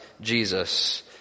Jesus